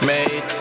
Made